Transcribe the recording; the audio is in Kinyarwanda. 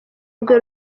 rwe